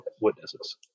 witnesses